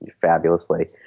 fabulously